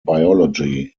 biology